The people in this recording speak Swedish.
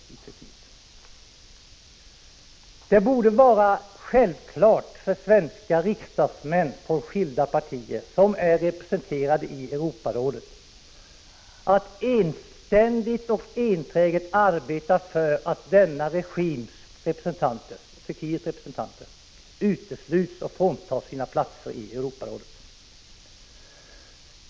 Det borde vara självklart för svenska riksdagsmän från skilda partier, som = Prot. 1985/86:49 är representerade i Europarådet, att enträget arbeta för att den nuvarande 11 december 1985 turkiska regimens representanter fråntas sina platser i Europarådet.